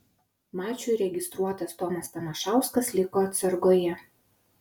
mačui registruotas tomas tamošauskas liko atsargoje